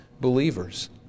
believers